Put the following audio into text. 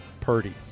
Purdy